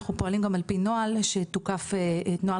אנחנו פועלים גם על פי נוהל שתוקף נוהל